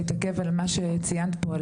להתעכב על מה שציינת פה,